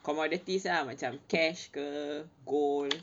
commodities ah macam cash ke gold